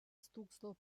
stūkso